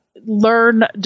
learn